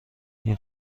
این